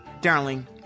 Darling